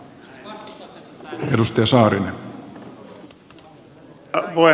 herra puhemies